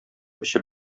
эчеп